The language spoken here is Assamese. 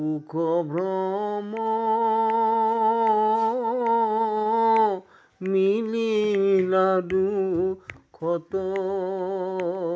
সুখ ভ্ৰম মিলিলা দুখতো